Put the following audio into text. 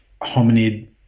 hominid